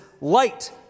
light